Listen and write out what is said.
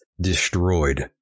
destroyed